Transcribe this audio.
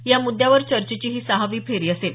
या मुद्यावर चर्चेची ही सहावी फेरी असेल